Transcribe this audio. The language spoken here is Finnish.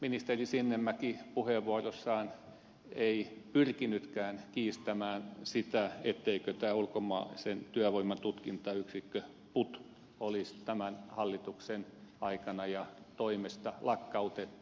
ministeri sinnemäki ei puheenvuorossaan pyrkinytkään kiistämään sitä etteikö tätä ulkomaisen työvoiman tutkintayksikköä putia olisi tämän hallituksen aikana ja toimesta lakkautettu